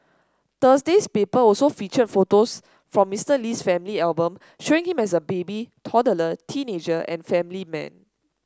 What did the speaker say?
Thursday's paper also featured photos from Mister Lee's family album showing him as a baby toddler teenager and family man